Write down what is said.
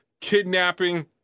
kidnapping